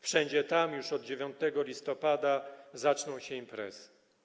Wszędzie tam już od 9 listopada zaczną się imprezy.